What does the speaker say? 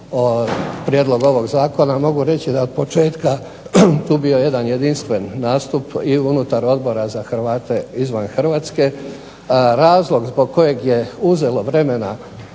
prijedlog ovog zakona mogu reći da od početka je tu bio jedan jedinstven nastup i unutar Odbora za Hrvate izvan Hrvatske. Razlog zbog kojeg je uzelo vremena